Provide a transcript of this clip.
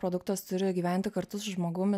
produktas turi gyventi kartu su žmogum